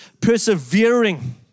persevering